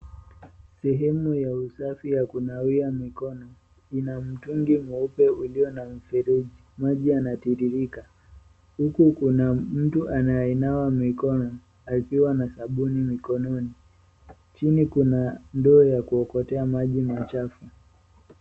Sehemu ya usafi ya kunawia mikono. Ina mtungi mweupe uliona na mfereji. Maji yanatiririka huku kuna mtu anayenawa mikono akiwa na sabuni mikononi. Chini kuna ndoo ya kuokotea maji machafu .